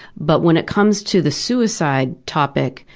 but when it comes to the suicide topics,